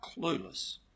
clueless